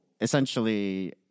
essentially